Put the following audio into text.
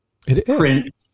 print